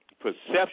perception